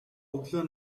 өглөө